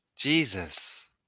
Jesus